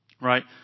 Right